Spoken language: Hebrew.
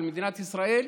על מדינת ישראל,